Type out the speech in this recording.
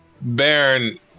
Baron